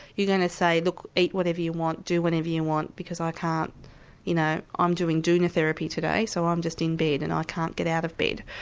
you're going to say look, eat whatever you want, do whatever you want because i can't you know, ah i'm doing doona therapy today, so i'm just in bed and i can't get out of bed'.